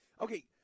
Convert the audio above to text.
Okay